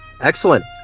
Excellent